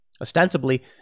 Ostensibly